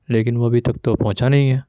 لیکن وہ ابھی تک تو پہنچا نہیں ہے